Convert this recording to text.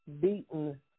beaten